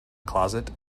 closet